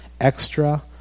Extra